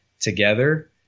together